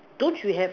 don't you have